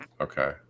Okay